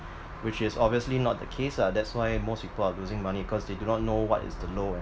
which is obviously not the case lah that's why most people are losing money cause they do not know what is the low and